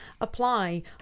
apply